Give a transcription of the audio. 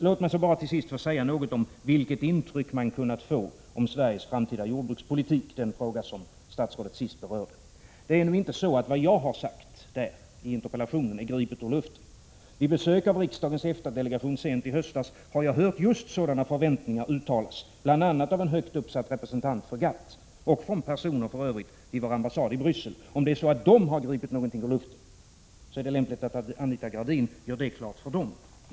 Låt mig till sist bara säga något om vilket intryck man kunnat få då det gäller Sveriges framtida jordbrukspolitik — den fråga som statsrådet sist i sitt svar berörde. Det är inte så att vad jag har sagt i interpellationen är gripetur — Prot. 1986/87:67 luften. Jag har hört att sådana här förväntningar uttalats vid ett besök som 9 februari 1987 riksdagens EFTA-delegation sent i höstas gjorde hos GATT i Geneve, bl.a. av en högt uppsatt representant för GATT och för övrigt från personer vid vår ambassad i Bryssel. Om det är så att dessa personer har gripit någonting ur luften, så är det lämpligt att Anita Gradin gör det klart för dem.